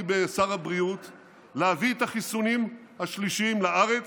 בשר הבריאות להביא את החיסונים השלישיים לארץ,